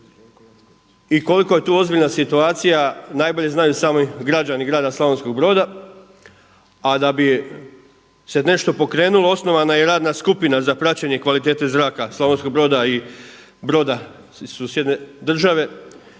I koliko je tu ozbiljna situacija najbolje znaju sami građani grada Slavonskog Broda. A da bi se nešto pokrenulo osnovana je i radna skupina za praćenje kvalitete zraka Slavonskog Broda i Broda susjedne države.